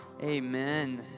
Amen